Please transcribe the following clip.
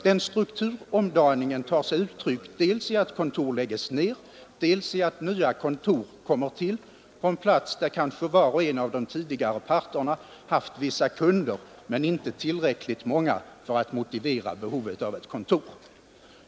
Den strukturomdaningen tar sig uttryck dels i att kontor läggs ner, dels i att nya kontor kommer till på platser där kanske var och en av de tidigare parterna haft vissa kunder men inte tillräckligt många för att motivera ett kontor.